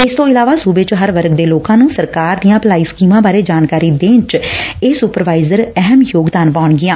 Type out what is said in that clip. ਇਸ ਤੋਂ ਇਲਾਵਾ ਸੁਬੇ ਚ ਹਰ ਵਰਗ ਦੇ ਲੋਕਾਂ ਨੂੰ ਸਰਕਾਰ ਦੀਆਂ ਭਲਾਈ ਸਕੀਮਾਂ ਬਾਰੇ ਜਾਣਕਾਰੀ ਦੇਣ ਵਿਚ ਇਹ ਸੁਪਰਵਾਇਜ਼ਰ ਅਹਿਮ ਯੋਗਦਾਨ ਪਾਉਣਗੀਆਂ